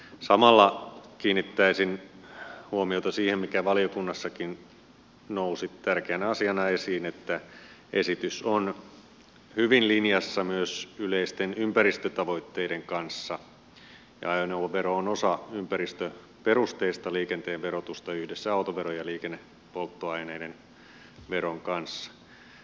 samalla kiinnittäisin huomiota siihen mikä valiokunnassakin nousi tärkeänä asiana esiin että esitys on hyvin linjassa myös yleisten ympäristötavoitteiden kanssa ja ajoneuvovero on osa ympäristöperusteista liikenteen verotusta yhdessä autoveron ja liikennepolttoaineiden veron kanssa